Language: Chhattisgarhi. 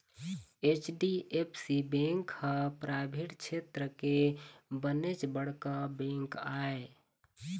एच.डी.एफ.सी बेंक ह पराइवेट छेत्र के बनेच बड़का बेंक आय